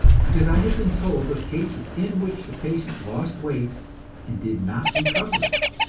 because i have been told of cases in which the patient lost weight and did not recover it.